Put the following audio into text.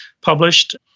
published